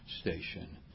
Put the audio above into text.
Station